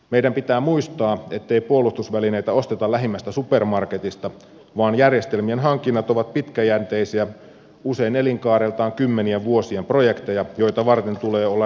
meidän pitää muistaa ettei puolustusvälineitä osteta lähimmästä supermarketista vaan järjestelmien hankinnat ovat pitkäjänteisiä usein elinkaareltaan kymmenien vuosien projekteja joita varten tulee olla riittävä rahoitus